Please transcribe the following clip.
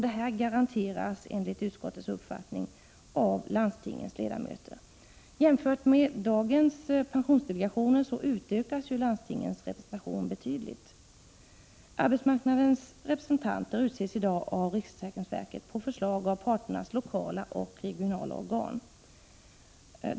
Det garanteras enligt utskottets uppfattning av landstingens ledamöter. Jämfört med dagens pensionsdelegationer utökas landstingens representation betydligt. Arbetsmarknadens representanter utses i dag av riksförsäkringsverket på förslag av parternas lokala och regionala organ.